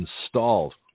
installed